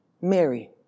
Mary